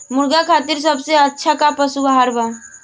मुर्गा खातिर सबसे अच्छा का पशु आहार बा?